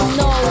no